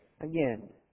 Again